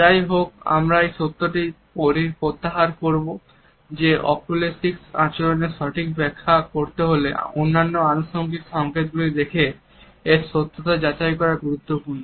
যাই হোক আমি এই সত্যটি প্রত্যাহার করব যে অকুলেসিক আচরণের সঠিক ব্যাখ্যা করতে গেলে অন্যান্য আনুষঙ্গিক সংকেত গুলি দেখে এর সত্যতা যাচাই করা গুরুত্বপূর্ণ